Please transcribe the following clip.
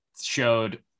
showed